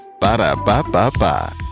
Ba-da-ba-ba-ba